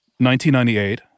1998